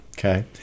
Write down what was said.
Okay